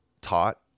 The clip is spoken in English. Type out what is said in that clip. taught